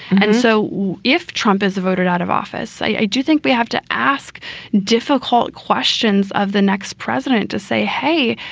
and so if trump is voted out of office, i do think we have to ask difficult questions of the next president to say, hey,